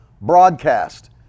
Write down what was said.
broadcast